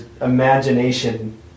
imagination